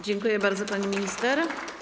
Dziękuję bardzo, pani minister.